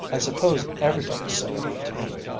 i suppose everybody's so at eighteen.